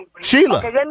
Sheila